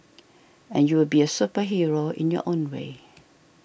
and you will be a superhero in your own way